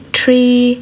three